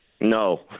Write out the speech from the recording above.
No